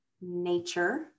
nature